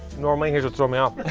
normally here's what's throwing me off.